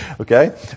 Okay